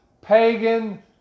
pagan